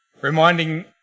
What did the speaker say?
reminding